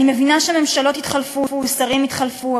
אני מבינה שממשלות התחלפו ושרים התחלפו,